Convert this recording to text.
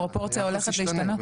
הפרופורציה הולכת להשתנות?